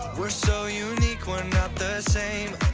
we're so unique, we're not the same